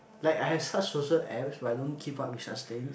like I've such social apps but I don't keep up with such things